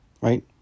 right